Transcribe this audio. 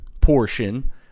portion